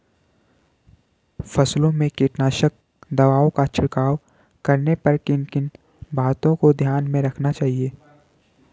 फसलों में कीटनाशक दवाओं का छिड़काव करने पर किन किन बातों को ध्यान में रखना चाहिए?